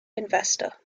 investor